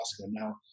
Now